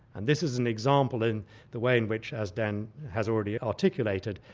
and this is an example in the way in which, as dan has already articulated,